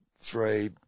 three